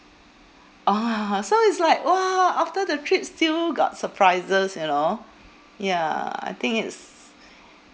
ah so it's like !wah! after the trip still got surprises you know ya I think it's